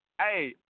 Hey